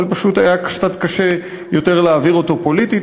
אבל פשוט היה קצת קשה יותר להעביר אותו פוליטית.